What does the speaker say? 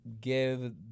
give